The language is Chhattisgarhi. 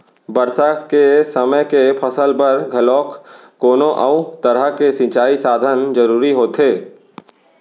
बरसा के समे के फसल बर घलोक कोनो अउ तरह के सिंचई साधन जरूरी होथे